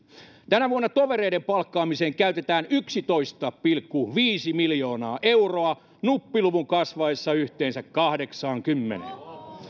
tänä vuonna tovereiden palkkaamiseen käytetään yksitoista pilkku viisi miljoonaa euroa nuppiluvun kasvaessa yhteensä kahdeksaankymmeneen